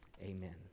Amen